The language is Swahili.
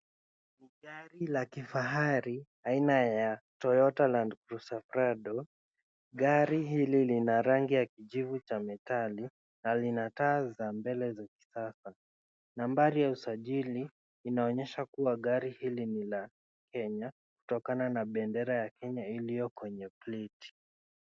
Ni gari la kifahari aina ya Toyota Land Cruiser Prado, gari hili lina rangi ya kijivu cha metali na lina taa za mbele za kisasa. Nambari ya usajili inaonyesha kua gari hili ni la kenya kutokana na bendera ya kenya iliyo kwenye pleti.